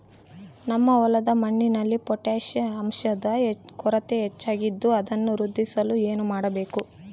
ನಮ್ಮ ಹೊಲದ ಮಣ್ಣಿನಲ್ಲಿ ಪೊಟ್ಯಾಷ್ ಅಂಶದ ಕೊರತೆ ಹೆಚ್ಚಾಗಿದ್ದು ಅದನ್ನು ವೃದ್ಧಿಸಲು ಏನು ಮಾಡಬೇಕು?